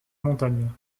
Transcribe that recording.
montagne